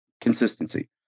consistency